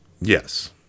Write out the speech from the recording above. Yes